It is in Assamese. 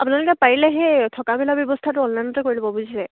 আপোনালোকে পাৰিলে সেই থকা মেলা ব্যৱস্থাটো অনলাইনতে কৰিব ল'ব বুজিছে